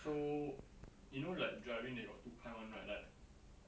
so you know like driving they got two kind [one] right